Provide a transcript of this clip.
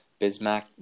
Bismack